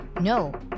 No